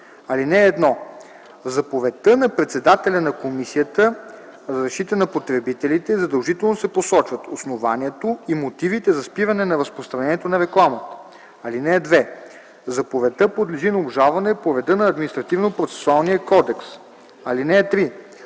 (1) В заповедта на председателя на Комисията за защита на потребителите задължително се посочват основанието и мотивите за спиране на разпространението на рекламата. (2) Заповедта подлежи на обжалване по реда на Административно-процесуалния кодекс. (3)